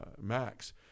Max